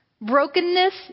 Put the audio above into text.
Brokenness